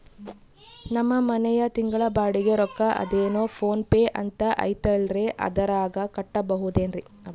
ನಮ್ಮ ಮನೆಯ ತಿಂಗಳ ಬಾಡಿಗೆ ರೊಕ್ಕ ಅದೇನೋ ಪೋನ್ ಪೇ ಅಂತಾ ಐತಲ್ರೇ ಅದರಾಗ ಕಟ್ಟಬಹುದೇನ್ರಿ?